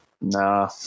Nah